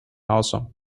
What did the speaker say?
awesome